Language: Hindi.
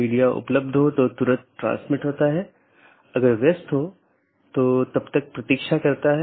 पैकेट IBGP साथियों के बीच फॉरवर्ड होने के लिए एक IBGP जानकार मार्गों का उपयोग करता है